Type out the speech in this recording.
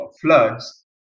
floods